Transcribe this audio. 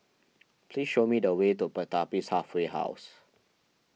please show me the way to Pertapis Halfway House